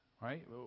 right